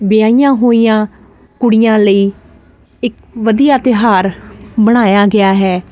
ਵਿਆਹੀਆਂ ਹੋਈਆਂ ਕੁੜੀਆਂ ਲਈ ਇਕ ਵਧੀਆ ਤਿਹਾਰ ਬਣਾਇਆ ਗਿਆ ਹੈ